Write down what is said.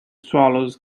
swallows